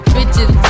Bitches